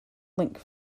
link